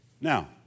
Now